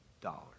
dollars